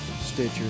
Stitcher